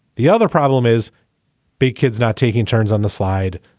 the other problem is big kids not taking turns on the side.